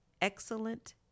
excellent